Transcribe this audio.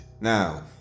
now